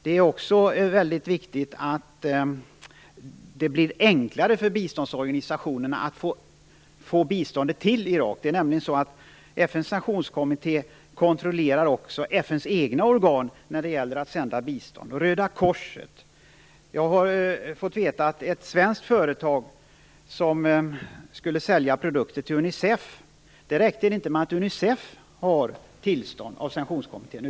Det är också väldigt viktigt att det blir enklare för biståndsorganisationerna att få biståndet till Irak. FN:s sanktionskommitté kontrollerar nämligen också FN:s egna organ när det gäller att sända bistånd, liksom Röda korset. Jag har fått veta att det för ett svenskt företag som skulle sälja produkter till Unicef inte räckte med att Unicef har tillstånd av sanktionskommittén.